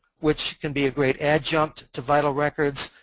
which can be a great adjunct to vital records,